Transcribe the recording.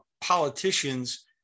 politicians